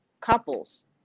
couples